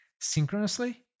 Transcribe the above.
synchronously